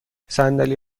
صندلی